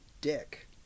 dick